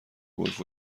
گلف